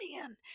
man